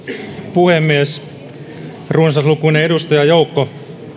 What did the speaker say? puhemies runsaslukuinen edustajajoukko